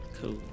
Cool